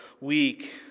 week